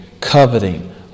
coveting